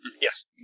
Yes